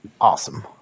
Awesome